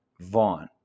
Vaughn